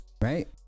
right